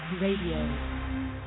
Radio